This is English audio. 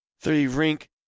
three-rink